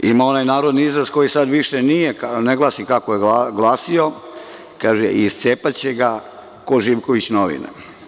Ima onaj narodni izraz koji više ne glasi kako je glasio, kaže – iscepaće ga kao Živković novine.